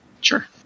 Sure